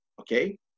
Okay